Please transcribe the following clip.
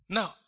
Now